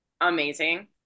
amazing